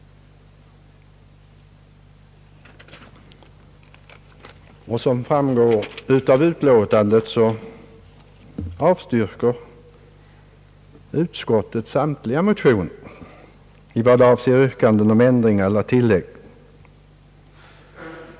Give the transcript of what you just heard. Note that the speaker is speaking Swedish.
ker utskottet samtliga motionsyrkanden om ändringar eller tillägg.